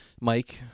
mike